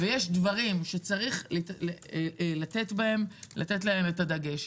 ויש דברים שצריך לשים עליהם דגש.